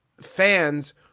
fans